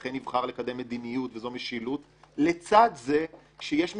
שאכן נבחר לקדם מדיניות וזו משילות; לצד זה שיש מגבלות,